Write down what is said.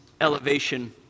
elevation